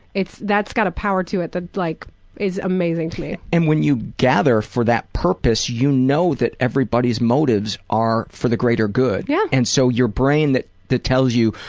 it's that's got a power to it that like is amazing to me. and when you gather for that purpose, you know that everybody's motives are for the greater good. yeah. and so your brain that that tells you,